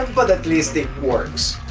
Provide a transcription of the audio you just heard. but at list it works.